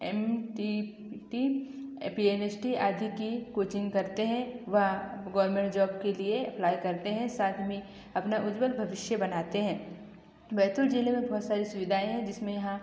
M T T A P N S T आदि की coaching करते हैं व गोवर्मेंट जॉब के लिए अप्लाई करते हैं साथ में अपना उज्ज्वल भविष्य बनाते हैं बैतुल ज़िले में बहुत सारी सुविधाएँ हैं जिसमें यहाँ